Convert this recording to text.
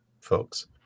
folks